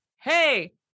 hey